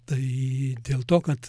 tai dėl to kad